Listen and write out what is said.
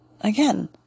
Again